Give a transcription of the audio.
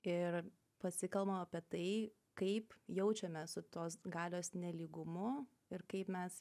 ir pasikalbam apie tai kaip jaučiamės su tos galios nelygumu ir kaip mes